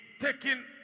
taking